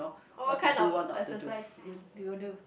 oh what kind of exercise you do you do